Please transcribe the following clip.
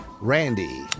Randy